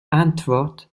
antwort